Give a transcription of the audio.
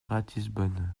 ratisbonne